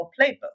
playbook